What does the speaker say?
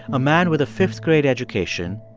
a man with a fifth-grade education,